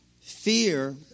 Fear